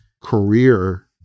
career